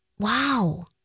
wow